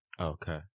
Okay